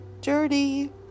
dirty